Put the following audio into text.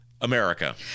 America